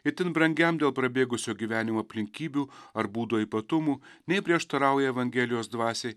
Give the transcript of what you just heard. itin brangiam dėl prabėgusio gyvenimo aplinkybių ar būdo ypatumų nei prieštarauja evangelijos dvasiai